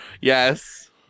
Yes